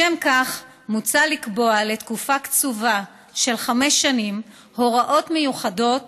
לשם כך מוצע לקבוע לתקופה קצובה של חמש שנים הוראות מיוחדות